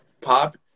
pop